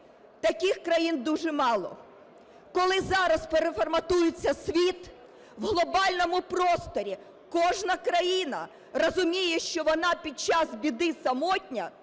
Таких країн дуже мало. Коли зараз переформатується світ в глобальному просторі, кожна країна розуміє, що вона під час біди самотня,